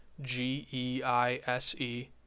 G-E-I-S-E